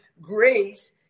grace